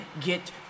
get